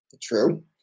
True